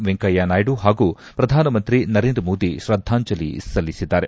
ವೆಂಕಯ್ಯನಾಯ್ಡಿ ಹಾಗೂ ಪ್ರಧಾನಮಂತ್ರಿ ನರೇಂದ್ರ ಮೋದಿ ಶ್ರದ್ದಾಂಜಲಿ ಸಲ್ಲಿಸಿದ್ದಾರೆ